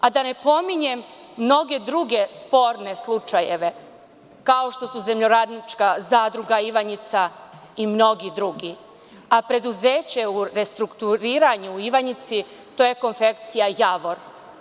Da ne pominjem mnoge druge sporne slučajeve, kao što su „Zemljoradnička zadruga Ivanjica“ i mnogi drugi, a preduzeće u restrukturiranju u Ivanjici, to je konfekcija „Javor“